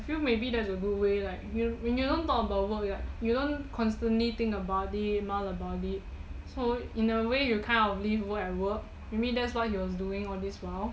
I feel maybe that's a good way like when you don't talk about work you don't constantly think about it mull about it so in a way you kind of live world to world maybe that was what he was doing all this while